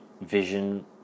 vision